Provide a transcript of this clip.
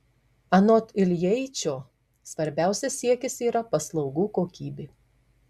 anot iljeičio svarbiausias siekis yra paslaugų kokybė